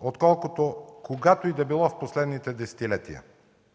отколкото, когато и да било, в последните десетилетия.